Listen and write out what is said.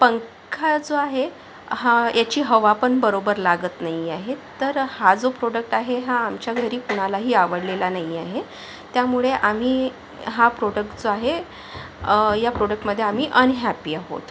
पंखा जो आहे हा याची हवापण बरोबर लागत नाही आहे तर हा जो प्रोडक्ट आहे हा आमच्या घरी कुणालाही आवडलेला नाही आहे त्यामुळे आम्ही हा प्रोडक्ट जो आहे या प्रोडक्टमध्ये आम्ही अनहॅपी आहोत